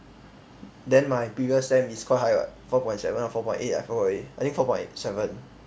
then my previous sem is quite high [what] four point seven or four point eight I forgot already I think four point seven